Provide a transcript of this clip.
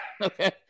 okay